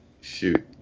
shoot